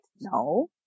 No